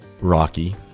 Rocky